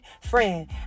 friend